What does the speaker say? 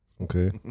Okay